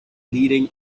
leading